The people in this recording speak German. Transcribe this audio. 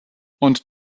und